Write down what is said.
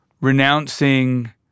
renouncing